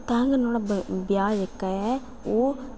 तां गै नुहाड़ा बर् व्याह् जेह्का ऐ ओह्